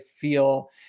feel